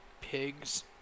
pig's